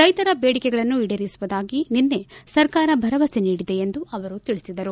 ರೈತರ ಬೇಡಿಕೆಗಳನ್ನು ಈಡೇರಿಸುವುದಾಗಿ ನಿನ್ನೆ ಸರ್ಕಾರ ಭರವಸೆ ನೀಡಿದೆ ಎಂದು ಅವರು ತಿಳಿಸಿದರು